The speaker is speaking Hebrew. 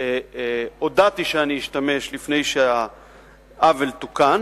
הודעתי לפני שהעוול תוקן